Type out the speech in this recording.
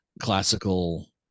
classical